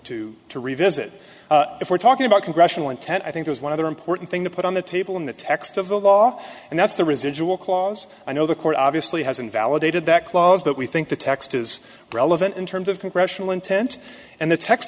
to to revisit if we're talking about congressional intent i think there's one other important thing to put on the table in the text of the law and that's the residual clause i know the court obviously has invalidated that clause but we think the text is relevant in terms of congressional intent and the text